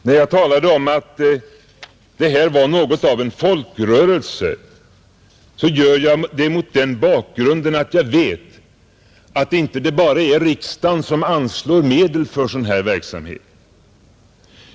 När jag talar om att trafiksäkerhetsarbetet är något av en folkrörelse gör jag det mot den bakgrunden att jag vet att det inte bara är riksdagen som anslår medel för sådan verksamhet.